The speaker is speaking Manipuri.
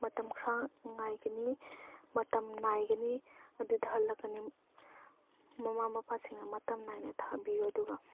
ꯃꯇꯝ ꯈꯔ ꯉꯥꯏꯒꯅꯤ ꯃꯇꯝ ꯅꯥꯏꯒꯅꯤ ꯑꯗꯨꯗ ꯍꯜꯂꯛꯀꯅꯤ ꯃꯃꯥ ꯃꯄꯥꯁꯤꯡꯅ ꯃꯇꯝ ꯅꯥꯏꯅ ꯊꯝꯕꯤꯌꯨ ꯑꯗꯨꯒ